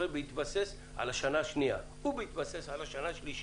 ובהתבסס על השנה השנייה ובהתבסס על השנה השלישית,